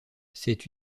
cette